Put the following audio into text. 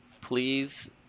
please